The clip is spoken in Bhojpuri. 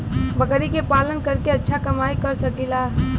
बकरी के पालन करके अच्छा कमाई कर सकीं ला?